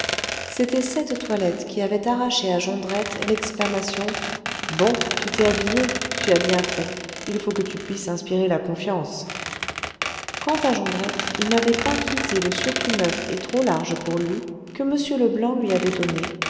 c'était cette toilette qui avait arraché à jondrette l'exclamation bon tu t'es habillée tu as bien fait il faut que tu puisses inspirer la confiance quant à jondrette il n'avait pas quitté le surtout neuf et trop large pour lui que m leblanc lui avait donné